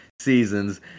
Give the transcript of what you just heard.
seasons